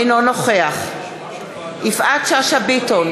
אינו נוכח יפעת שאשא ביטון,